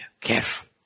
careful